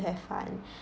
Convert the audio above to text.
have fun